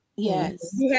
Yes